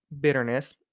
bitterness